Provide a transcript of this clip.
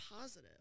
positive